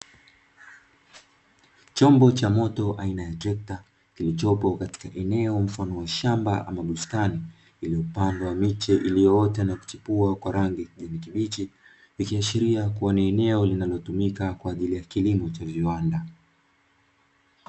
Chombo cha moto aina ya trekta kilichopo katika eneo mfano wa shamba ama bustani, iliyo ota miche iliyochipua kwa rangi ya kijani kibichi, ikiashiria ni eneo linalotumika kwa ajili ya kilimo cha viwanda.